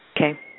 Okay